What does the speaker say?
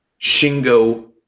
Shingo